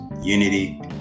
unity